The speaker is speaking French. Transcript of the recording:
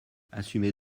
assumez